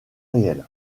réel